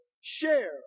share